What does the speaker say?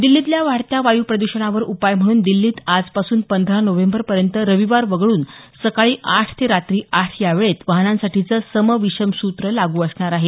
दिल्लीतल्या वाढत्या वायु प्रदुषणावर उपाय म्हणून दिल्लीत आजपासून पंधरा नोव्हेंबर पर्यँत रविवार वगळून सकाळी आठ ते रात्री आठ या वेळेत वाहनांसाठीचं सम विषम सूत्र लागू असणार आहे